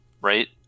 Right